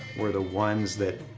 were the ones that